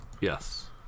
Yes